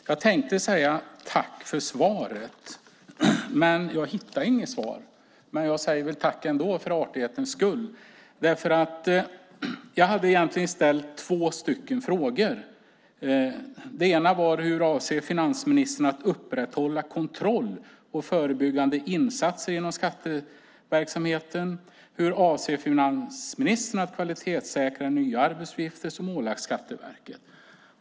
Herr talman! Jag tänkte säga tack för svaret, men jag hittar inget svar. Jag säger väl tack ändå, för artighetens skull. Jag hade ställt två frågor. Den ena var hur finansministern avser att upprätthålla kontroll och förebyggande insatser inom skatteverksamheten, och den andra var hur finansministern avser att kvalitetssäkra nya arbetsuppgifter som ålagts Skatteverket.